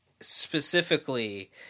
specifically